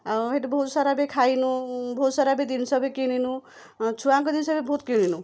ଆଉ ସେଇଠୁ ବହୁତ ସାରା ବି ଖାଇନୁ ବହୁତ ସାରା ବି ଜିନିଷ ବି କିଣିନୁ ଛୁଆଙ୍କ ଜିନିଷ ବି ବହୁତ କିଣିନୁ